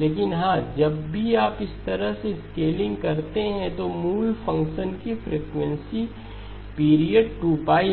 लेकिन हाँ जब भी आप इस तरह से स्केलिंग करते हैं तो मूल फ़ंक्शन की फ्रीक्वेंसी पीरियड 2 ले